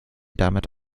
damit